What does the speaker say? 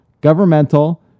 governmental